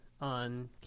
on